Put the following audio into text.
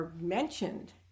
mentioned